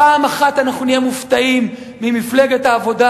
פעם אחת אנחנו נהיה מופתעים ממפלגת העבודה